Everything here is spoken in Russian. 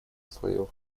слоев